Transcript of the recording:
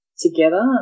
together